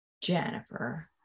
Jennifer